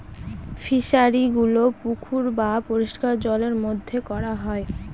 ফিশারিগুলো পুকুর বা পরিষ্কার জলের মধ্যে করা হয়